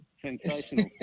Sensational